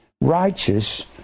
righteous